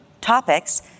topics